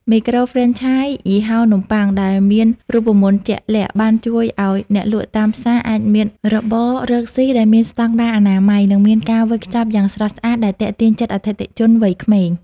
មីក្រូហ្វ្រេនឆាយ យីហោនំបុ័ង ដែលមានរូបមន្តជាក់លាក់ បានជួយឱ្យអ្នកលក់តាមផ្សារអាចមានរបររកស៊ីដែលមានស្ដង់ដារអនាម័យ និងមានការវេចខ្ចប់យ៉ាងស្រស់ស្អាតដែលទាក់ទាញចិត្តអតិថិជនវ័យក្មេង។